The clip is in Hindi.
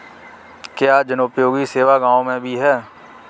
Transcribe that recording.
क्या जनोपयोगी सेवा गाँव में भी है?